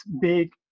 big